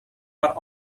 are